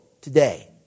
today